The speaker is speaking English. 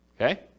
Okay